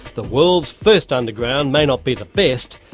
the world's first underground may not be the best,